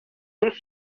these